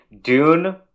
Dune